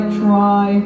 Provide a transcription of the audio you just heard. try